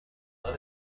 تمام